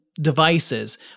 devices